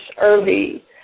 early